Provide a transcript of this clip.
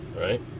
right